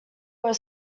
were